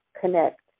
connect